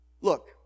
Look